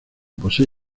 posee